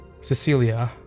Cecilia